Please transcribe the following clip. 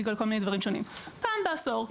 פעם בעשור.